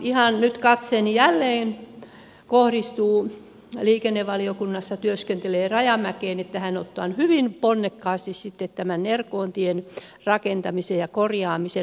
ihan nyt katseeni jälleen kohdistuu liikennevaliokunnassa työskentelevään rajamäkeen että hän ottaa nyt hyvin ponnekkaasti sitten tämän nerkoontien rakentamisen ja korjaamisen